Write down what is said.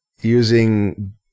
using